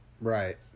Right